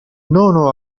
nono